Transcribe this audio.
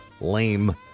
Lame